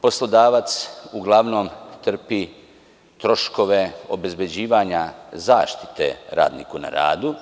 Poslodavac uglavnom trpi troškove obezbeđivanja zaštite radnika na radu.